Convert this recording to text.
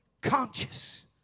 conscious